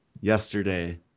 yesterday